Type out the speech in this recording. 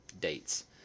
dates